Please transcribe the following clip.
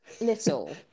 little